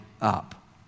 up